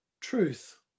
Truth